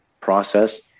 process